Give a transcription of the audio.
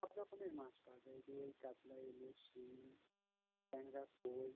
সব রকমের মাছ পাওয়া যায় রুই কাতলা ইলিশ শিঙি ট্যাংরা কই